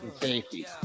safety